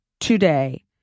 today